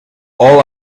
all